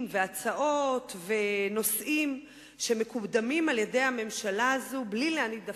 והצעות ונושאים שמקודמים על-ידי הממשלה הזאת בלי להניד עפעף.